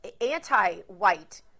anti-white